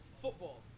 football